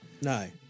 No